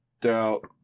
doubt